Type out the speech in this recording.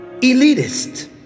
elitist